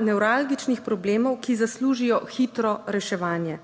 nevralgičnih problemov, ki zaslužijo hitro reševanje.